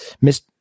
Miss